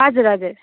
हजुर हजुर